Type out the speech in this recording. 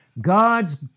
God's